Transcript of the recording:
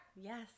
Yes